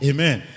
Amen